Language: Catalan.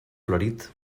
florit